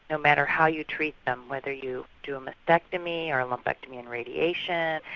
no matter how you treat them. whether you do a mastectomy or a ah mastectomy and radiation,